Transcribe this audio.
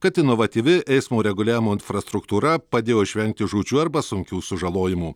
kad inovatyvi eismo reguliavimo infrastruktūra padėjo išvengti žūčių arba sunkių sužalojimų